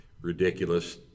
ridiculous